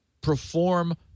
perform